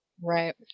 Right